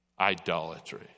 idolatry